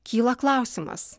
kyla klausimas